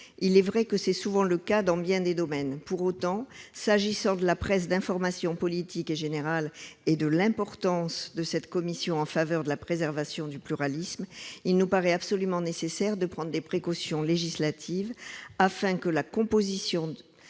Il est vrai que c'est souvent le cas dans bien des domaines. Pour autant, s'agissant de la presse d'information politique et générale, et de l'importance de cette commission en faveur de la préservation du pluralisme, il nous paraît absolument nécessaire de prendre des précautions législatives, afin que la composition